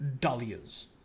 Dahlias